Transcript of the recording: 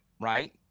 right